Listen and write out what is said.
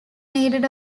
needed